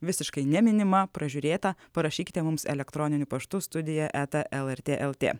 visiškai neminima pražiūrėta parašykite mums elektroniniu paštu studija eta lrt lt